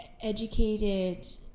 educated